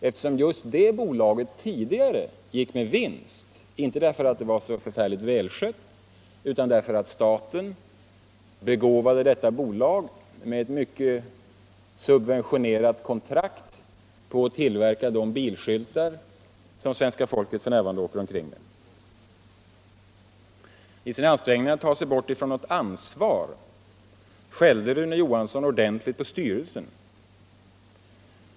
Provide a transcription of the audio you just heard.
Det bolaget gick ju tidigare med vinst, inte därför att det var så välskött utan därför att staten begåvade det med ett kraftigt subventionerat kontrakt på tillverkning av de bilskyltar som svenska folket f.n. åker omkring med. I sina ansträngningar att ta sig bort från ansvaret skällde Rune Johansson ordentligt på styrelsen.